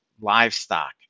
livestock